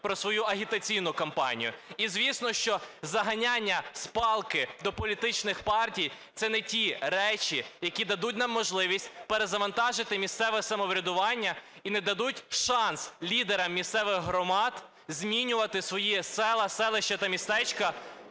про свою агітаційну кампанію, і, звісно, що заганяння з палки до політичних партій - це не ті речі, які дадуть нам можливість перезавантажити місцеве самоврядування і нададуть шанс лідерам місцевих громад змінювати свої села, селища та містечка